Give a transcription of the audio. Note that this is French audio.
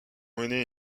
mené